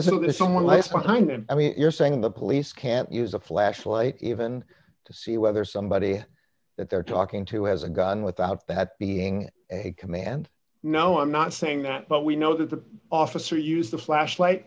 there someone left behind and i mean you're saying the police can't use a flashlight even to see whether somebody that they're talking to has a gun without that being a command no i'm not saying that but we know that the officer used the flashlight